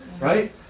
Right